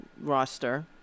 roster